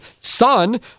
son